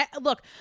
Look